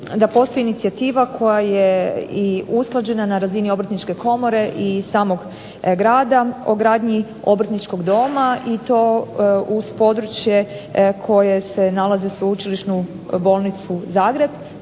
da postoji inicijativa koja je i usklađena na razini obrtničke komore i samog grada, o gradnji obrtničkog doma, i to uz područje koje se nalazi uz sveučilišnu bolnicu Zagreb,